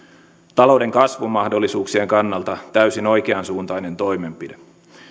talouden kasvumahdollisuuksien kannalta täysin oikeansuuntainen toimenpide